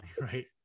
Right